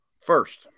First